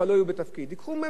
ייקחו מהם את התפקיד שלהם.